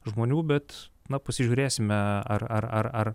žmonių bet na pasižiūrėsime ar ar ar ar